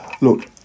Look